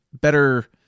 better